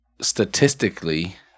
statistically